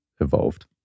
evolved